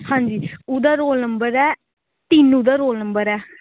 ਹਾਂਜੀ ਉਹਦਾ roll number ਹੈ ਤਿੰਨ ਓਹਦਾ ਰੋਲ ਨੰਬਰ ਹੈ